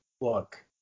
look